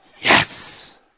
Yes